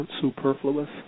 superfluous